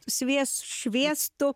svies šviestų